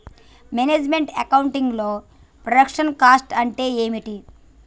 Manage meant account లో production cost అంటే ఏమిటి?